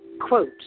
Quote